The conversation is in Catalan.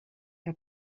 que